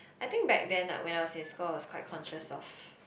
I think back then ah when I was in school I was quite conscious of